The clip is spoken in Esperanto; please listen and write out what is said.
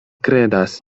kredas